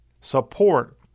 support